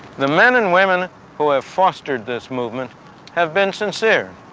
the men and women who have fostered this movement have been sincere.